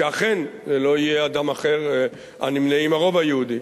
שאכן לא יהיה אדם אחר הנמנה עם הרוב היהודי.